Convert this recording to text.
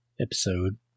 episode